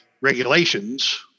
regulations